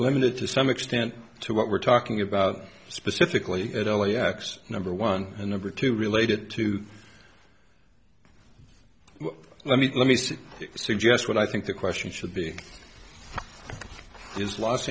limited to some extent to what we're talking about specifically at l a x number one and number two related to let me let me see you suggest what i think the question should be is los